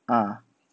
uh